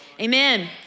amen